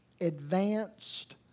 advanced